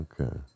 Okay